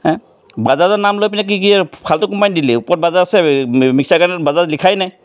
হেঁ বাজাজৰ নাম লৈ পিনে কি কি ফাল্টু কোম্পানী দিলি ওপৰত বাজাজ আছে মিক্সাৰ গ্ৰাইণ্ডাৰত বাজাজ লিখাই নাই